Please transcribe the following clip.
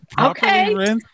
okay